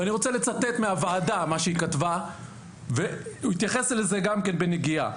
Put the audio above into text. ואני רוצה לצטט ממה שהוועדה כתבה ולהתייחס לזה בנגיעה.